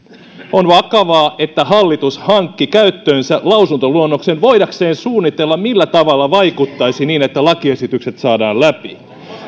on vakavaa että hallitus hankki käyttöönsä lausuntoluonnoksen voidakseen suunnitella millä tavalla vaikuttaisi niin että lakiesitykset saadaan läpi